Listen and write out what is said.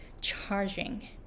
charging